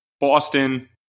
Boston